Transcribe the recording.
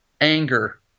anger